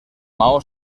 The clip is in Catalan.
maó